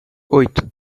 oito